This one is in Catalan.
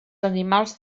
animals